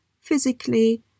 physically